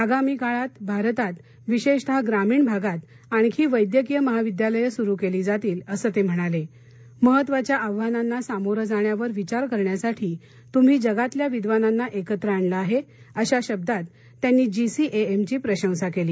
आगामी काळात भारतात विश्वत्तिः ग्रामीण भागात आणखी वैद्यकीय महाविद्यालयं सुरू कळी जातील असं तर्किणाल महत्त्वाच्या आव्हानांना सामोरं जाण्यावर विचार करण्यासाठी तुम्ही जगातल्या विद्वानांना एकत्र आणलं आहक्रिशा शब्दात त्यांनी जीसीएएम ची प्रशंसा कली